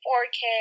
4k